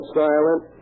silent